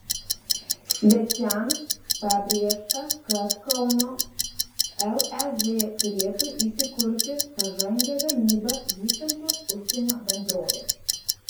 svečiams pabrėžta kad kauno lez turėtų įsikurti pažangią gamybą vystančios užsienio bendrovės